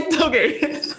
okay